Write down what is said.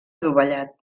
adovellat